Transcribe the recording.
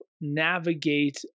navigate